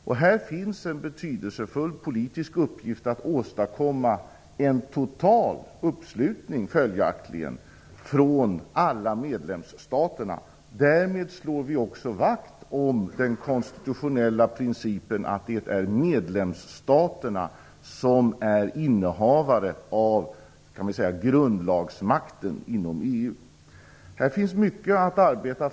Det är följaktligen en betydelsefull politisk uppgift att åstadkomma en total uppslutning från alla medlemsstaterna. Därmed slår vi också vakt om den konstitutionella principen att det är medlemsstaterna som är innehavare av grundlagsmakten inom EU. Det finns mycket att arbeta för.